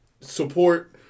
support